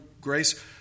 grace